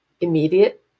immediate